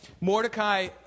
Mordecai